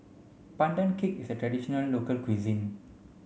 Pandan Cake is a traditional local cuisine